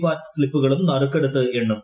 പാറ്റ് സ്ളിപ്പുകളും നറുക്കെടുത്ത് എണ്ണും